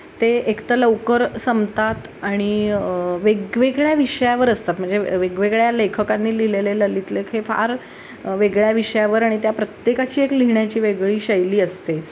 ते एकतर लवकर संपतात आणि वेगवेगळ्या विषयावर असतात म्हणजे वेगवेगळ्या लेखकांनी लिहिलेले ललित लेख हे फार वेगळ्या विषयावर आणि त्या प्रत्येकाची एक लिहिण्याची वेगळी शैली असते